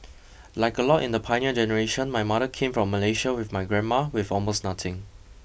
like a lot in the pioneer generation my mother came from Malaysia with my grandma with almost nothing